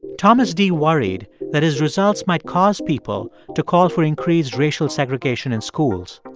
thomas dee worried that his results might cause people to call for increased racial segregation in schools.